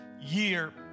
year